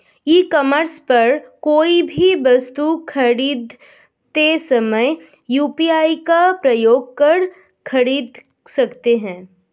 ई commerce पर कोई भी वस्तु खरीदते समय यू.पी.आई का प्रयोग कर खरीद सकते हैं